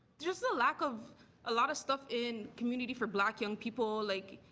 just a lack of a lot of stuff in community for black young people like